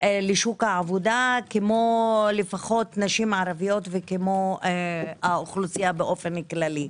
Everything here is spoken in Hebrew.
לשוק העבודה לפחות כמו נשים ערביות וכמו האוכלוסייה באופן כללי.